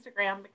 Instagram